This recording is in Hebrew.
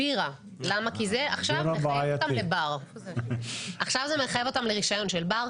עכשיו זה מחייב אותם לרישיון של בר.